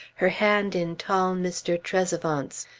her hand in tall mr. trezevant's,